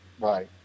Right